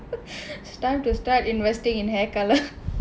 it's time to start investing in hair colour